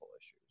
issues